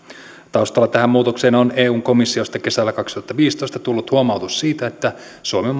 taustalla tähän muutokseen on eun komissiosta kesällä kaksituhattaviisitoista tullut huomautus siitä että suomen